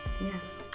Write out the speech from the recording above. Yes